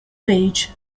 page